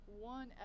one